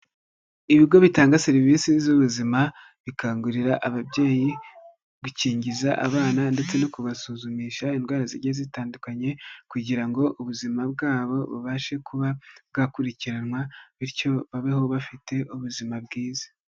Ibigo bitanga serivisi z'ubuzima, bikangurira ababyeyi gukingiza abana ndetse no kubasuzumisha indwara zigiye zitandukanye, kugira ngo ubuzima bwabo bubashe kuba bwakurikiranwa bityo babeho bafite ubuzima bwiza.